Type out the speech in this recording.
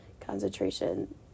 concentration